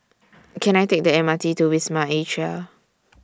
Can I Take The M R T to Wisma Atria